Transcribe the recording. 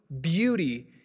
beauty